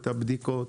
את הבדיקות.